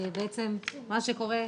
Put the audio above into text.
בעצם מה שקורה,